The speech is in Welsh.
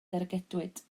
dargedwyd